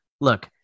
look